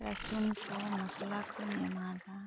ᱨᱟᱹᱥᱩᱱ ᱠᱚ ᱢᱚᱥᱞᱟ ᱠᱚᱧ ᱮᱢᱟᱫᱟ